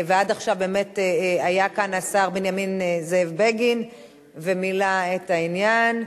ועד עכשיו באמת היה כאן השר זאב בנימין בגין ומילא את העניין,